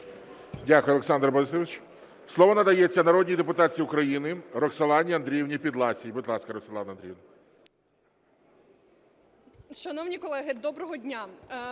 Дякую, Олександр Борисович. Слово надається народній депутатці України Роксолані Андріївні Підласій. Будь ласка, Роксолана Андріївна.